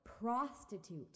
prostitute